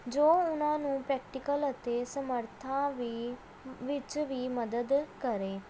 ਜੋ ਉਹਨਾਂ ਨੂੰ ਪਰੇਕੀਟਲ ਅਤੇ ਸਮਰੱਥਾ ਵੀ ਵਿੱਚ ਵੀ ਮਦਦ ਕਰੇ